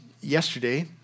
yesterday